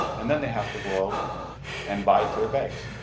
and then they have to go out and buy clear bags.